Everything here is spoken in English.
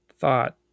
thought